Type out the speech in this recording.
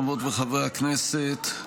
חברות וחברי הכנסת,